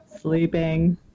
Sleeping